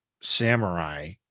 samurai